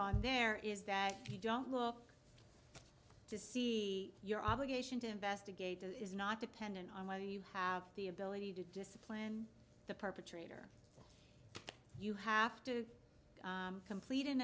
on there is that you don't look to see your obligation to investigate is not dependent on what do you have the ability to discipline the perpetrator you have to complete an